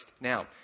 Now